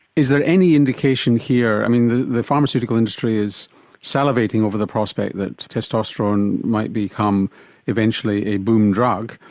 is there any indication here, i mean the pharmaceutical industry is salivating over the prospect that testosterone might become eventually a boom drug,